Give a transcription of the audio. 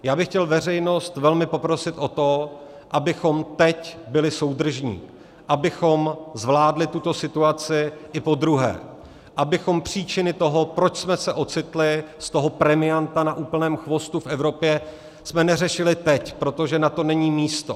Já bych chtěl veřejnost velmi poprosit o to, abychom teď byli soudržní, abychom zvládli tuto situaci i podruhé, abychom příčiny toho, proč jsme se ocitli z toho premianta na úplném chvostu v Evropě, neřešili teď, protože na to není místo.